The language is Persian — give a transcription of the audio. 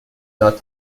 داد